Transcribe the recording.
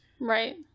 Right